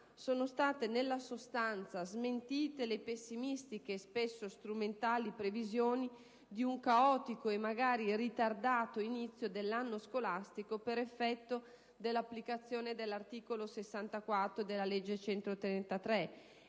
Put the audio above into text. sono state nella sostanza smentite le pessimistiche e spesso strumentali previsioni di un caotico e magari ritardato inizio dell'anno scolastico per effetto dell'applicazione dell'articolo 64 della legge n.